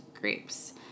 grapes